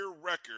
record